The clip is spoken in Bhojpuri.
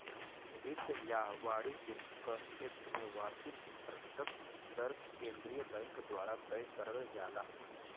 वित्त या वाणिज्य क क्षेत्र में वार्षिक प्रतिशत दर केंद्रीय बैंक द्वारा तय करल जाला